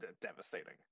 devastating